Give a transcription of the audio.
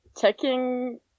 checking